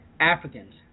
Africans